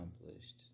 accomplished